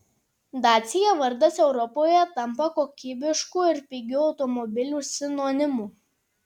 dacia vardas europoje tampa kokybiškų ir pigių automobilių sinonimu